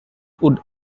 would